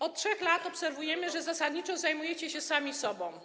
Od 3 lat obserwujemy, że zasadniczo zajmujecie się sami sobą.